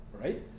right